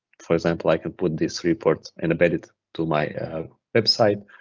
for example, i could put this report and embed it to my website,